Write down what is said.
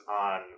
on